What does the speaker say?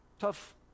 tough